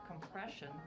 compression